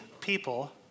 people